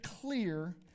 clear